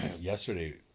yesterday